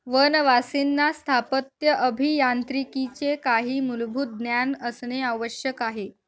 वनवासींना स्थापत्य अभियांत्रिकीचे काही मूलभूत ज्ञान असणे आवश्यक आहे